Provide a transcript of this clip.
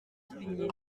souligné